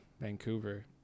Vancouver